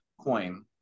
coin